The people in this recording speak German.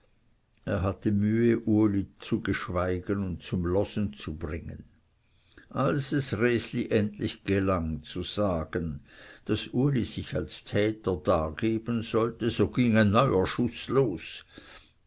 er hatte mühe uli zu gschweigen und zum losen zu bringen als es resli endlich gelang zu sagen daß uli sich als täter dargeben solle so ging ein neuer schuß